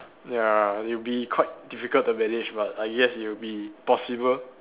ya it'll be quite difficult to manage but I guess it'll be possible